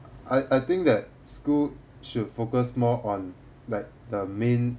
I I think that school should focus more on like the main